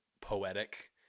poetic